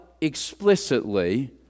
explicitly